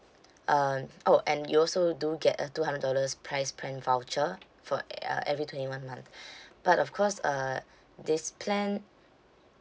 um oh and you also do get a two hundred dollars price plan voucher for a uh every twenty one month but of course uh this plan